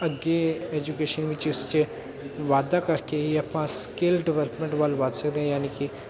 ਅੱਗੇ ਐਜੂਕੇਸ਼ਨ ਵਿੱਚ ਇਸ 'ਚ ਵਾਧਾ ਕਰਕੇ ਆਪਾਂ ਸਕਿਲ ਡਿਵੈਲਪਮੈਂਟ ਵੱਲ ਵੱਧ ਸਕਦੇ ਹਾਂ ਯਾਨੀ ਕਿ